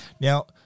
Now